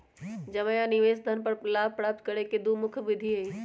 जमा आ निवेश धन पर लाभ प्राप्त करे के दु मुख्य विधि हइ